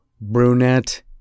brunette